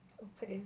okay